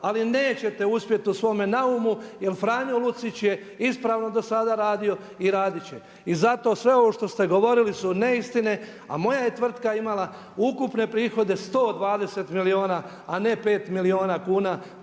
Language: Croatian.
Ali neće uspjeti u svome naumu jer Franjo Lucić je ispravno do sada radio i radit će. I zato sve ovo što ste govorili su neistine, a moja je tvrtka imala ukupne prihode 120 milijuna, a ne pet milijuna kuna